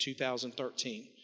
2013